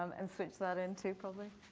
um and switch that into probably,